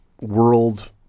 world